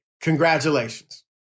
congratulations